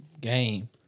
game